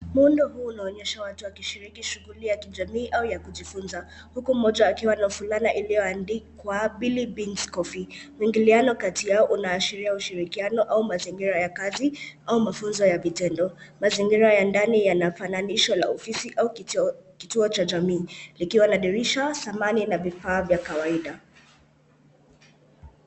Muundo huu unaonyesha watu wakishiriki shughuli ya kijamii au ya kujifunza huku mmoja akiwa na fulana iliyoandikwa, Billy beings coffee. Mwingiliano kati yao unaashiria ushirikiano au mazingira ya kazi au mafunzo ya vitendo. Mazingira ya ndani yanafananishwa na ofisi au kituo cha jamii likiwa na dirisha, samani na vifaa vya kawaida.